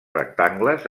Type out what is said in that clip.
rectangles